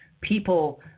people